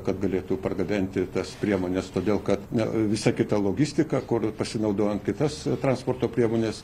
kad galėtų pargabenti tas priemones todėl kad na visa kita logistika kur pasinaudojant kitas transporto priemones